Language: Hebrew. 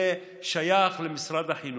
שהשירות הזה שייך למשרד החינוך,